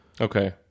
Okay